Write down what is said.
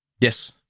yes